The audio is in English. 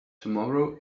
tomorrow